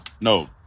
No